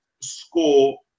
score